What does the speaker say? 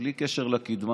בלי קשר לקדמה.